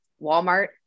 Walmart